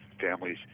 families